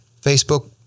Facebook